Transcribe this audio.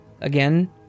Again